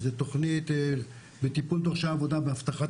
זה תוכנית בטיפול דורשי העבודה בהבטחת